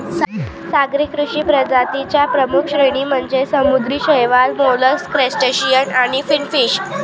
सागरी कृषी प्रजातीं च्या प्रमुख श्रेणी म्हणजे समुद्री शैवाल, मोलस्क, क्रस्टेशियन आणि फिनफिश